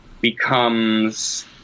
becomes